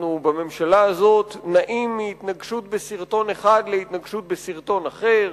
תחת הממשלה הזו אנחנו נעים מהתנגשות בשרטון אחד להתנגשות בשרטון אחר.